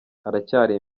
haracyari